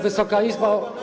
Wysoka Izbo!